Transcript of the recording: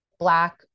Black